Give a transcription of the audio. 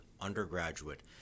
undergraduate